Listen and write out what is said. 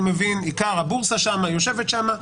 אני מבין, עיקר הבורסה שם, יושבת שם.